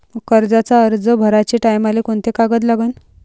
कर्जाचा अर्ज भराचे टायमाले कोंते कागद लागन?